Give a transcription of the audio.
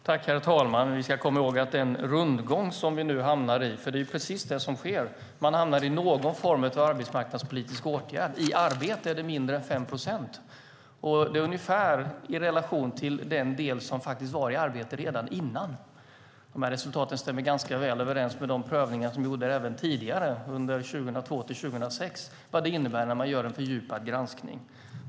Herr talman! Vi ska komma ihåg att man hamnar i en rundgång, i någon form av arbetsmarknadspolitisk åtgärd. I arbete är det mindre än 5 procent som hamnar. Det är ungefär i relation till den del som var i arbete redan innan. Dessa resultat stämmer ganska väl överens med de prövningar som gjordes tidigare, under 2002-2006, vad det innebär när man gör en fördjupad granskning.